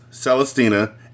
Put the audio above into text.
Celestina